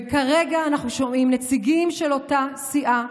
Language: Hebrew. וכרגע אנחנו שומעים נציגים של אותה סיעה,